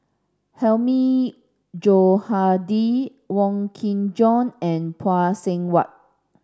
Hilmi Johandi Wong Kin Jong and Phay Seng Whatt